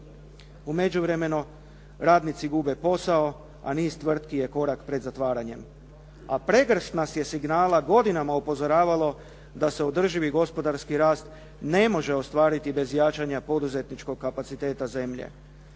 U međuvremenu, radnici gube posao, a niz tvrtki je korak pred zatvaranjem, a pregršt nas je signala godinama upozoravalo da se održivi gospodarski rast ne može ostvariti bez jačanja poduzetničkog kapaciteta zemlje.